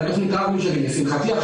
לשמחתי,